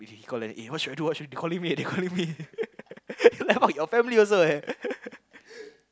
he call then eh what should I do what should I do they calling me already they calling me already like what abang your family also leh